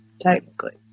technically